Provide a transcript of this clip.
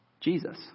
Jesus